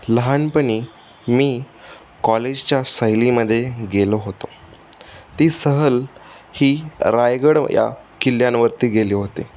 लहानपणी मी कॉलेजच्या सहलीमध्ये गेलो होतो ती सहल ही रायगड या किल्ल्यावरती गेले होते